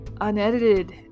unedited